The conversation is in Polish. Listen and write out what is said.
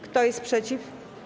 Kto jest przeciw?